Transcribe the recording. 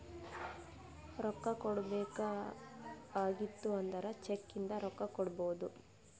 ರೊಕ್ಕಾ ಕೊಡ್ಬೇಕ ಆಗಿತ್ತು ಅಂದುರ್ ಚೆಕ್ ಇಂದ ರೊಕ್ಕಾ ಕೊಡ್ಬೋದು